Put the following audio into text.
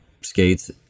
skates